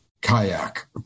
kayak